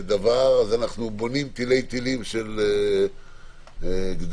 אנחנו בונים תילי תילים של גדרות